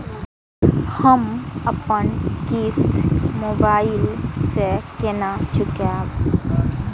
हम अपन किस्त मोबाइल से केना चूकेब?